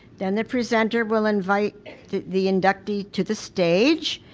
then the presenter will invite the inductee to the stage,